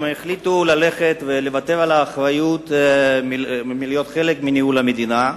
הם החליטו ללכת ולוותר על האחריות של להיות חלק מניהול המדינה.